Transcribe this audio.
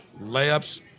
layups